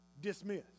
dismiss